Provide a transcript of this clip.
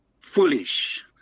foolish